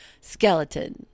skeleton